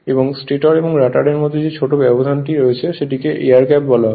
এবং স্টেটর এবং রটারের মধ্যে যে ছোট ব্যবধানটি রয়েছে সেটিকে এয়ার গ্যাপ বলা হয়